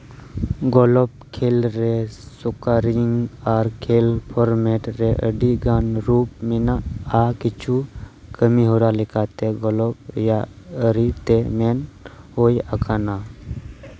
golf ᱠᱷᱮᱞ ᱨᱮ scoring ᱟᱨ ᱠᱷᱮᱞ ᱯᱷᱚᱨᱢᱮᱴ ᱨᱮ ᱟᱹᱰᱤᱜᱟᱱ ᱨᱩᱯ ᱢᱮᱱᱟᱜᱼᱟ ᱠᱤᱪᱷᱩ ᱠᱟᱹᱢᱤᱦᱚᱨᱟ ᱞᱮᱠᱟᱛᱮ ᱜᱚᱞᱚᱯᱷ ᱨᱮᱭᱟᱜ ᱟᱹᱨᱤᱛᱮ ᱢᱮᱱ ᱦᱩᱭ ᱟᱠᱟᱱᱟ